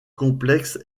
complexes